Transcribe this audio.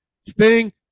Sting